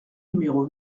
numéro